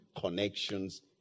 connections